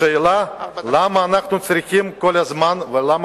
השאלה היא למה אנחנו צריכים כל הזמן ולמה